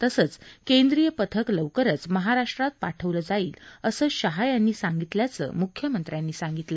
तसंच केंद्रीय पथक लवकरच महाराष्ट्रात पाठवलं जाईल असं शाह यांनी सांगितल्याचं मख्यमंत्र्यांनी सांगितलं